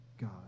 God